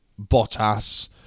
Bottas